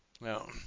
Now